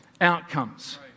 outcomes